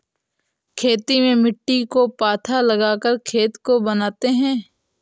खेती में मिट्टी को पाथा लगाकर खेत को बनाते हैं?